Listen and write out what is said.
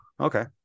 Okay